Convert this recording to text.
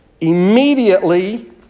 Immediately